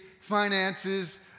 finances